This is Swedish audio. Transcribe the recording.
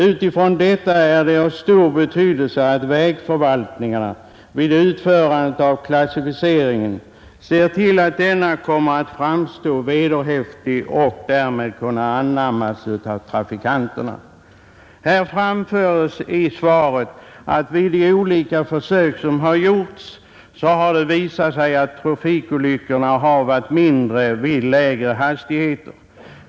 Utifrån detta är det av stor betydelse att vägförvaltningarna vid utförandet av klassificeringen ser till att denna kommer att framstå som vederhäftig och därmed kunna anammas av trafikanterna. Svaret säger att vid de olika försök som gjorts har det visat sig att trafikolyckorna varit färre vid lägre hastighet.